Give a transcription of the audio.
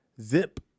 zip